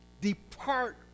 Depart